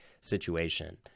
situation